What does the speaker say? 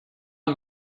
not